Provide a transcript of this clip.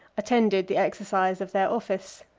attended the exercise of their office.